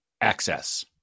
access